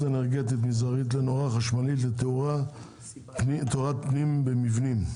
אנרגטית מזערית לנורה חשמלית לתאורת פנים במבנים.